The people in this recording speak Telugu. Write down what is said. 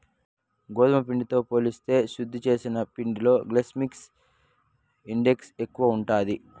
గోధుమ పిండితో పోలిస్తే శుద్ది చేసిన పిండిలో గ్లైసెమిక్ ఇండెక్స్ ఎక్కువ ఉంటాది